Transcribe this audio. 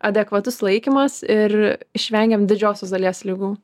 adekvatus laikymas ir išvengiam didžiosios dalies ligų